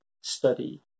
study